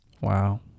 Wow